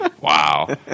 Wow